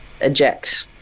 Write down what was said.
eject